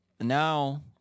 Now